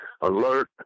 alert